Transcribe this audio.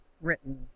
written